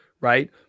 right